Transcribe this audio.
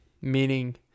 Meaning